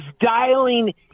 dialing